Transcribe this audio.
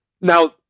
now